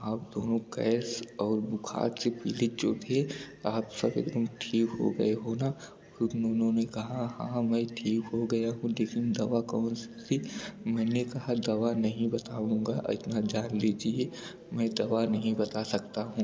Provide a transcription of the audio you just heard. आप दोनों गएस और बुखार से पीड़ित जो थे आप सब एकदम ठीक हो गए हो ना तो उन्होंने कहा हाँ मैं ठीक हो गया हूँ लेकिन दवा कौनसी थी मैंने कहा दवा नहीं बताऊँगा इतना जान लीजिए मैं दवा नहीं बता सकता हूँ